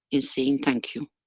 in saying thank you.